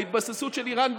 ההתבססות של איראן,